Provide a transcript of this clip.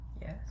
Yes